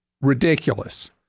ridiculous